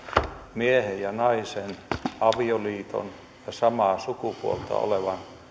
miehen ja naisen avioliiton ja samaa sukupuolta olevan